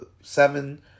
seven